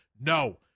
No